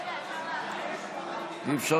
רגע, אפשר